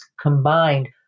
combined